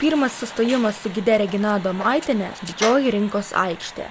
pirmas sustojimas su gide regina adomaitiene didžioji rinkos aikštė